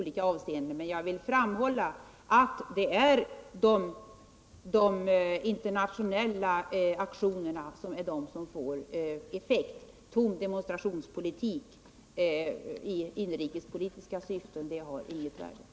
Men jag vill framhålla att det är de internationetla aktionerna som får effekt. Tom demonstrationspolitik med inrikespolitiska syften har inget värde.